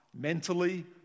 mentally